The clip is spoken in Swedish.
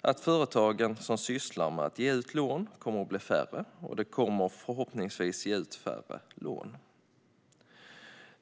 att de företag som sysslar med att ge ut lån kommer bli färre och de kommer förhoppningsvis att ge ut färre lån.